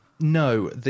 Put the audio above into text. No